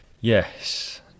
Yes